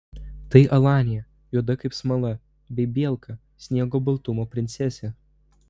tai alanija juoda kaip smala bei bielka sniego baltumo princesė